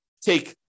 take